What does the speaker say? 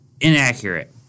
inaccurate